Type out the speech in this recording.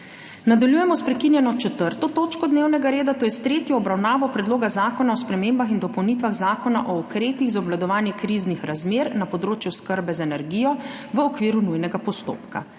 Nadaljujemo sprekinjeno 4. točko dnevnega reda, to je s tretjo obravnavo Predloga zakona o spremembah in dopolnitvah Zakona o ukrepih za obvladovanje kriznih razmer na področju oskrbe z energijo v okviru nujnega postopka.